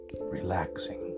Relaxing